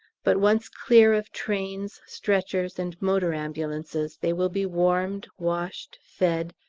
but once clear of trains, stretchers, and motor ambulances they will be warmed, washed, fed,